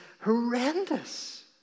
horrendous